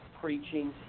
preaching